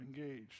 engaged